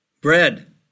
bread